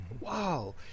Wow